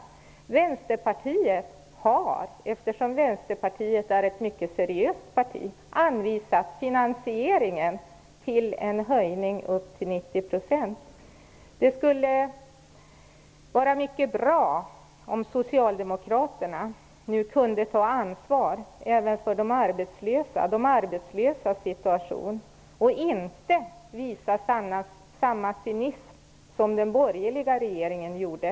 Eftersom Vänsterpartiet är ett mycket seriöst parti har vi anvisat finansiering för en höjning av ersättningsnivån upp till 90 %. Det skulle vara mycket bra om socialdemokraterna nu kunde ta ansvar även för de arbetslösas situation och inte visa samma cynism som den borgerliga regeringen gjorde.